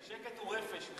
שקט הוא רפש.